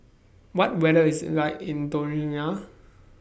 What weather IS The like in Dominica